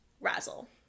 razzle